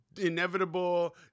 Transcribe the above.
inevitable